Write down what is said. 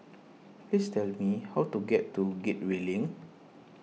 please tell me how to get to Gateway Link